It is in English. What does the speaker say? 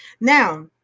Now